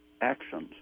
actions